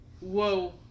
whoa